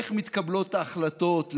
איך מתקבלות ההחלטות,